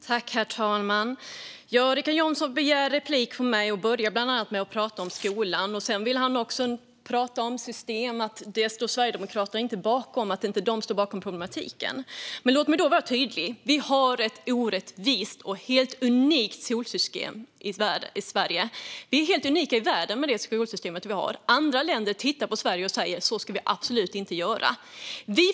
Herr talman! Richard Jomshof begär replik på mig och börjar bland annat med att prata om skolan. Sedan vill han också prata om system och att Sverigedemokraterna inte står bakom problematiken. Låt mig då vara tydlig: Vi har ett orättvist skolsystem i Sverige, som vi är helt unika i världen med att ha. Andra länder tittar på Sverige och säger att så ska vi absolut inte göra.